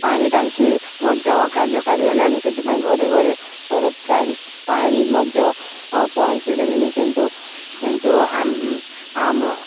ପାଣି ଟାଙ୍କି ମଧ୍ୟ କାର୍ଯ୍ୟକାରୀ ହେଲାଣି ସେଥିପାଇଁ ଘରେ ଘରେ ସରକାର ପାଣି ମଧ୍ୟ ପହଞ୍ଚେଇ ଦେଲେଣିି କିନ୍ତୁ କିନ୍ତୁ ଆମ